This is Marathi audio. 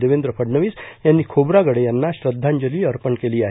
देवेंद्र फडणवीस यांनी खोब्रागडे यांना श्रद्धांजली अर्पण केली आहे